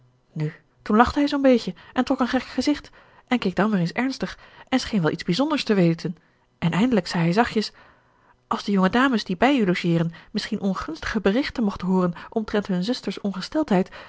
nu toen lachte hij zoo'n beetje en trok een gek gezicht en keek dan weer ernstig en scheen wel iets bijzonders te weten en eindelijk zei hij zachtjes als de jonge dames die bij u logeeren misschien ongunstige berichten mochten hooren omtrent hun zuster's